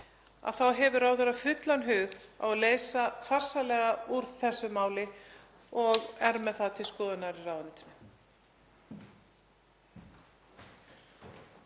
þá hefur ráðherra fullan hug á að leysa farsællega úr þessu máli og er með það til skoðunar í ráðuneytinu.